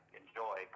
enjoy